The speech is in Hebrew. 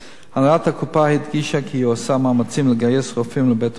הנהלת הקופה הדגישה כי היא עושה מאמצים לגייס רופאים לבית-החולים,